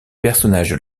personnages